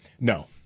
No